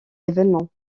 événements